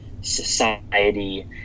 society